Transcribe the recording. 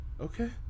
Okay